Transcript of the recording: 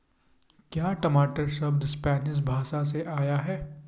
क्या टमाटर शब्द स्पैनिश भाषा से आया है?